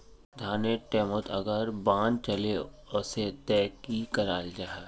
धानेर टैमोत अगर बान चले वसे ते की कराल जहा?